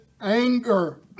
anger